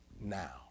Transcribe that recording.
Now